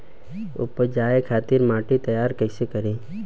उपजाये खातिर माटी तैयारी कइसे करी?